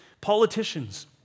politicians